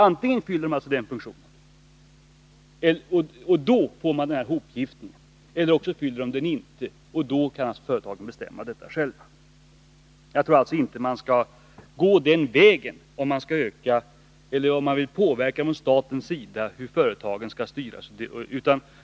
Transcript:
Antingen fyller de alltså en funktion, och då får man en sådan ”hopgiftning” som jag talade om, eller också fyller de ingen funktion, och då kan företagen själva bestämma detta. Om staten vill påverka hur företagen skall styras tror jag inte man skall gå den vägen.